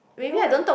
you know when